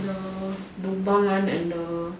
the lubang one and the